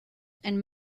and